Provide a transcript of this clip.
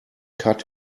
cut